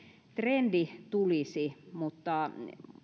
trendi tulisi